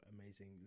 amazing